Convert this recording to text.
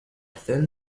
thin